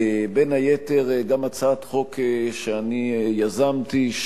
בין היתר גם הצעת חוק שאני יזמתי,